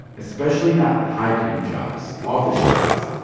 especially not high-paying jobs, office jobs.